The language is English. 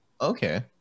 Okay